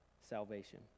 salvation